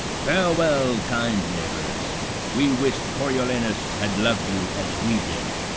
farewell, kind neighbours we wish'd coriolanus had lov'd you as we did.